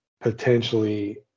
potentially